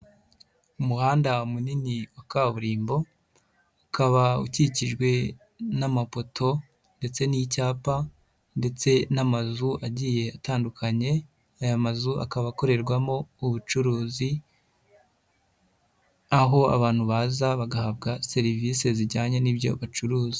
Umuhanda munini wa kaburimbo, ukaba ukikijwe n'amapoto ndetse n'icyapa ndetse n'amazu agiye atandukanye, aya mazu akaba akorerwamo ubucuruzi, aho abantu baza bagahabwa serivisi zijyanye n'ibyo bacuruza.